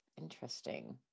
interesting